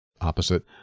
opposite